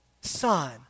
son